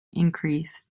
increased